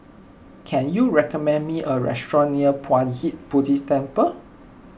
can you recommend me a restaurant near Puat Jit Buddhist Temple